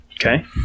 Okay